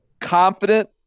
confident